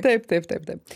taip taip taip taip